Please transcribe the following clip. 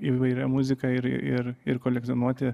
įvairia muzika ir ir ir kolekcionuoti